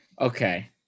Okay